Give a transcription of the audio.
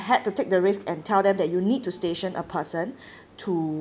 had to take the risk and tell them that you need to station a person to